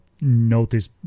notice